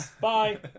Bye